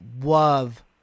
love